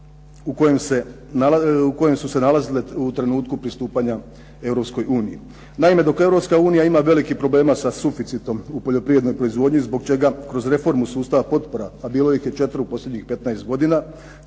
u kojem su se nalazile u trenutku pristupanja Europskoj uniji. Naime, dok Europska unija ima velikih problema sa suficitom u poljoprivrednoj proizvodnji, zbog čega kroz reformu sustava potpora, a bilo ih je četiri u posljednjih 15 godina,